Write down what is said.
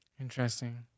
interesting